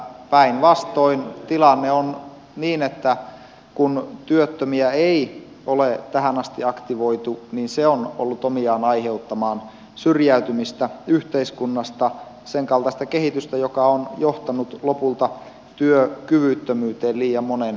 kyllä päinvastoin tilanne on niin että kun työttömiä ei ole tähän asti aktivoitu niin se on ollut omiaan aiheuttamaan syrjäytymistä yhteiskunnasta senkaltaista kehitystä joka on johtanut lopulta työkyvyttömyyteen liian monen osalta